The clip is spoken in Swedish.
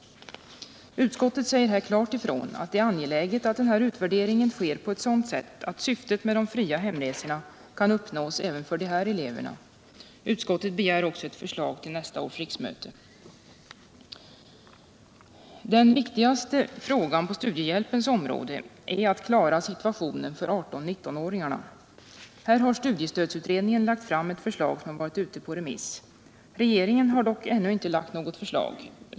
Utskottet säger klart ifrån att det är angeläget att den här utvärderingen sker på ett sådant sätt att syftet med de fria hemresorna kan uppnås även för de eleverna. Utskottet begär också ett förslag till nästa års riksmöte. Den viktigaste frågan på studiehjälpens område är att klara situationen för 18-19-åringarna. Här har studiestödsutredningen lagt fram ett förslag som har varit ute på remiss. Regeringen har dock ännu inte lagt något förslag.